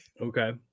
Okay